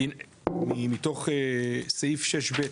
מתוך סעיף 6ב'